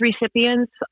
recipients